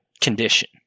condition